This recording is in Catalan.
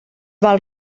val